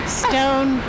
stone